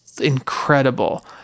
incredible